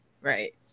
Right